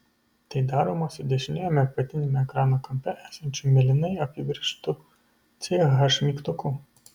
tai daroma su dešiniajame apatiniame ekrano kampe esančiu mėlynai apibrėžtu ch mygtuku